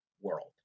world